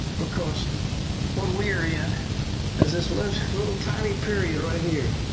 because what we're in is this little little tiny period right here.